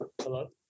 hello